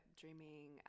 dreaming